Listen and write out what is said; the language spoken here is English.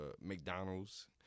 McDonald's